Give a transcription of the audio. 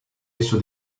esso